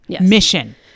Mission